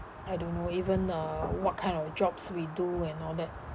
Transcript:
I don't know even uh what kind of jobs we do and all that